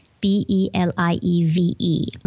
b-e-l-i-e-v-e